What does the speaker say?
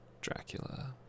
Dracula